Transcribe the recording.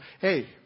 hey